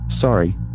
Sorry